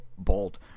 Bolt